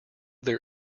their